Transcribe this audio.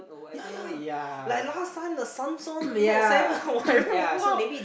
ya ya like last time the Samsung-Note seven !wow!